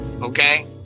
Okay